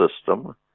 system